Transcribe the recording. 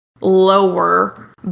lower